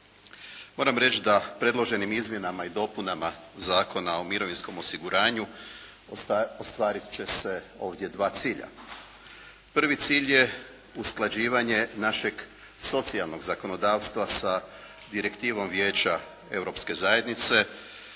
Moram reći da predloženim izmjenama i dopunama Zakona o mirovinskom osiguranju ostvarit će se ovdje dva cilja. Prvi cilj je usklađivanje našeg socijalnog zakonodavstva sa direktivom Vijeća Europske zajednice